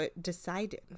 decided